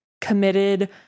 committed